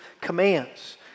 commands